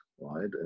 right